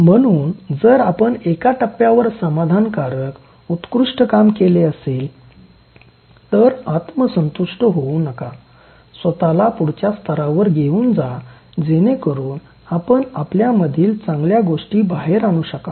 म्हणून जर आपण एका टप्प्यावर समाधानकारक उत्कृष्ट काम केले असेल तर आत्मसंतुष्ट होऊ नका स्वतला पुढच्या स्तरावर घेवून जा जेणेकरून आपण आपल्यामधील चांगल्या गोष्टी बाहेर आणू शकाल